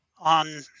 on